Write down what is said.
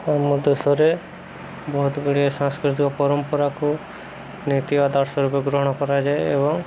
ଆମ ଦେଶରେ ବହୁତ ଗୁଡ଼ିଏ ସାଂସ୍କୃତିକ ପରମ୍ପରାକୁ ନୀତି ଆଦର୍ଶ ରୂପେ ଗ୍ରହଣ କରାଯାଏ ଏବଂ